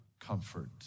comfort